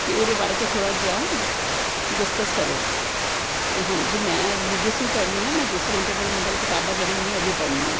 कि ओह्दे बारे च थोह्ड़ा जेहा डिस्कस करो ते हां में रिलिजियस बी पढ़नी आं ते दूसरी इंट्रटेनमैंट आह्लियां बी पढ़नी आं